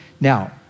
Now